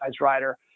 rider